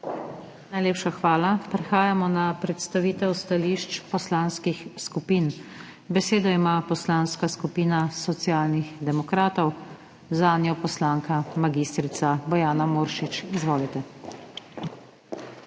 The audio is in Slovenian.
Najlepša hvala. Prehajamo na predstavitev stališč poslanskih skupin. Besedo ima Poslanska skupina Socialnih demokratov, zanjo poslanka mag. Bojana Muršič. Izvolite.